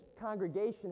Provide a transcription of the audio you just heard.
congregation